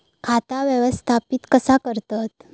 खाता व्यवस्थापित कसा करतत?